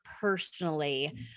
personally